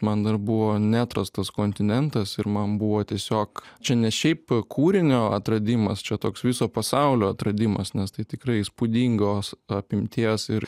man dar buvo neatrastas kontinentas ir man buvo tiesiog čia ne šiaip kūrinio atradimas čia toks viso pasaulio atradimas nes tai tikrai įspūdingos apimties ir